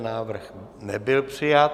Návrh nebyl přijat.